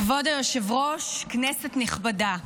כבוד היושב-ראש, כנסת נכבדה,